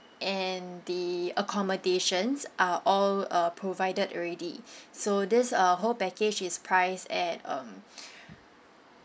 and the accommodations are all uh provided already so this uh whole package is priced at um